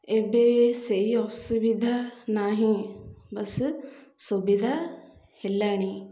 ଏବେ ସେଇ ଅସୁବିଧା ନାହିଁ ବସ୍ ସୁବିଧା ହେଲାଣି